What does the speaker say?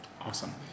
Awesome